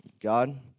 God